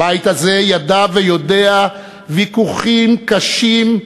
הבית הזה ידע ויודע ויכוחים קשים,